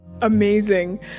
Amazing